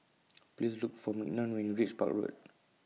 Please Look For Mignon when YOU REACH Park Road